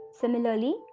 Similarly